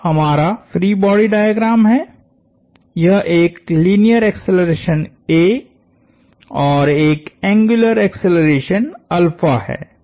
ठीक है यह हमारा फ्री बॉडी डायग्राम है यह एक लीनियर एक्सेलरेशन a और एक एंग्युलर एक्सेलरेशनहै